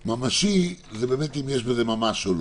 "ממשי" זה אם יש בזה ממש או לא,